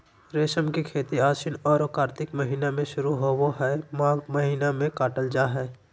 रेशम के खेती आशिन औरो कार्तिक महीना में शुरू होबे हइ, माघ महीना में काटल जा हइ